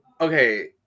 Okay